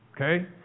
Okay